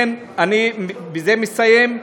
בזה אני מסיים.